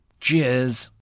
Cheers